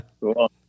Cool